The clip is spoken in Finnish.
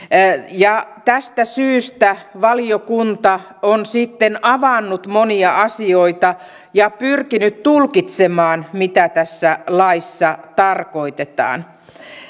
tästä syystä valiokunta on sitten avannut monia asioita ja pyrkinyt tulkitsemaan mitä tässä laissa tarkoitetaan